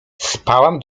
spałam